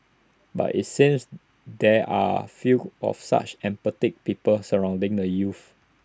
but IT seems there are few of such empathetic people surrounding the youths